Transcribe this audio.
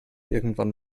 irgendwann